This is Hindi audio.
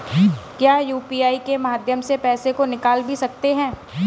क्या यू.पी.आई के माध्यम से पैसे को निकाल भी सकते हैं?